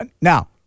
now